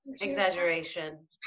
Exaggeration